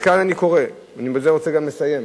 כאן אני קורא, ובזה אני רוצה גם לסיים,